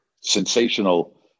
sensational